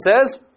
says